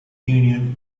union